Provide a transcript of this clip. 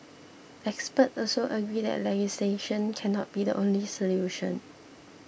expert also agree that legislation cannot be the only solution